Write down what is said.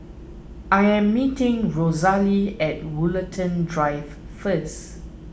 I am meeting Rosalee at Woollerton Drive first